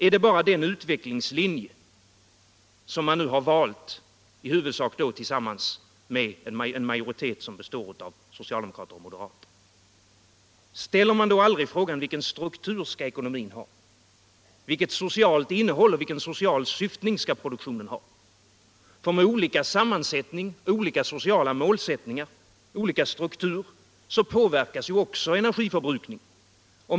Är det bara den utvecklingslinjen som har valts av en majoritet bestående av socialdemokrater och moderater? Ställer man då aldrig frågan vilken struktur ekonomin skall ha, vilket socialt innehåll och vilken social syftning produktionen skall ha? Med olika sammansättning, olika sociala målsättningar och olika struktur hos produktionen påverkas också energiförbrukningen.